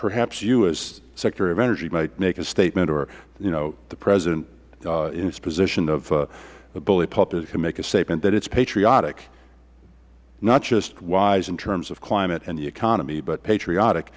perhaps you as secretary of energy might make a statement or you know the president in his position of bully pulpit can make a statement that it is patriotic not just wise in terms of climate and the economy but patriotic